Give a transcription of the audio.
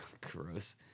Gross